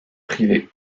privé